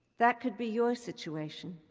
that could be your situation